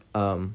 um